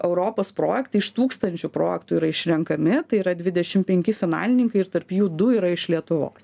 europos projektai iš tūkstančių projektų yra išrenkami tai yra dvidešim penki finalininkai ir tarp jų du yra iš lietuvos